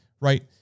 Right